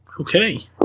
Okay